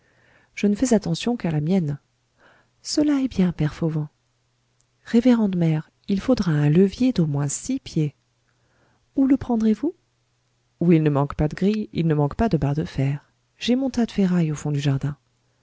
je ne fais attention qu'à la mienne cela est bien père fauvent révérende mère il faudra un levier d'au moins six pieds où le prendrez-vous où il ne manque pas de grilles il ne manque pas de barres de fer j'ai mon tas de ferrailles au fond du jardin